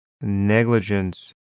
negligence